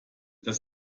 das